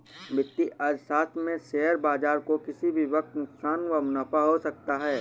वित्तीय अर्थशास्त्र में शेयर बाजार को किसी भी वक्त नुकसान व मुनाफ़ा हो सकता है